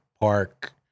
park